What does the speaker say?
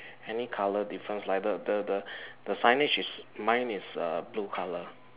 any colour difference like the the the the signage is mine is uh blue colour